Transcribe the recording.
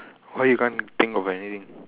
why you can't think of anything